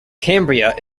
cambria